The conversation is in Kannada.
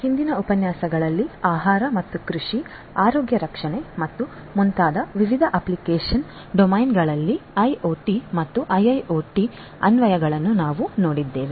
ಹಿಂದಿನ ಉಪನ್ಯಾಸಗಳಲ್ಲಿ ಆಹಾರ ಮತ್ತು ಕೃಷಿ ಆರೋಗ್ಯ ರಕ್ಷಣೆ ಮತ್ತು ಮುಂತಾದ ವಿವಿಧ ಅಪ್ಲಿಕೇಶನ್ ಡೊಮೇನ್ಗಳಲ್ಲಿ ಐಒಟಿ ಮತ್ತು ಐಐಒಟಿ ಅನ್ವಯಗಳನ್ನು ನಾವು ನೋಡಿದ್ದೇವೆ